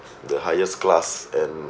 the highest class and